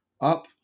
up